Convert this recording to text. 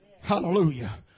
Hallelujah